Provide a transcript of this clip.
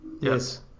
Yes